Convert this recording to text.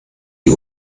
die